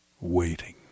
Waiting